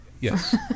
Yes